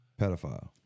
Pedophile